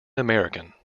american